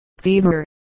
fever